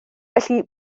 felly